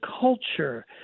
culture